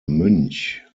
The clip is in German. münch